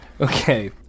Okay